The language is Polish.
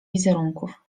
wizerunków